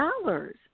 dollars